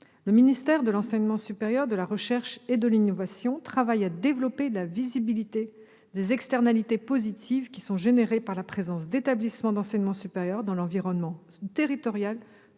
Le ministère de l'enseignement supérieur, de la recherche et de l'innovation travaille à développer la visibilité des externalités positives générées par la présence d'établissements d'enseignement supérieur dans leur environnement territorial